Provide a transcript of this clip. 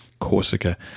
Corsica